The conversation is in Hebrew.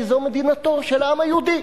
כי זו מדינתו של העם היהודי.